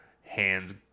hands